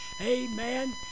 amen